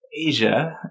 Asia